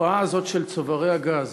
התופעה הזאת של צוברי הגז,